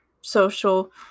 social